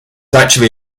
actually